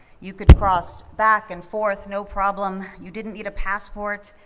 you could cross back and forth no problem, you didn't need a passport.